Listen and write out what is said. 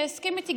שהסכים איתי.